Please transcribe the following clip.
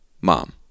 mom